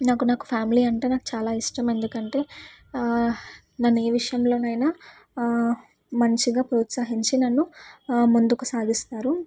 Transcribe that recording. నాకు నా ఫ్యామిలీ అంటే నాకు చాలా ఇష్టం ఎందుకంటే నన్ను ఏ విషయంలోనైనా మంచిగా ప్రోత్సహించి నన్ను ముందుకు సాగిస్తారు